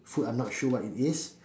food I'm not sure what it is